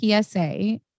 PSA